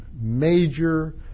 major